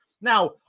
Now